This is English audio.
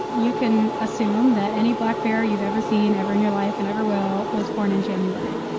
you can assume that any black bear you've ever seen ever in your life and ever will was born in january.